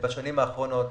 בשנים האחרונות.